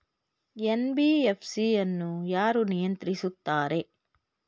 NBFC ಅನ್ನು ಯಾರು ನಿಯಂತ್ರಿಸುತ್ತಾರೆ?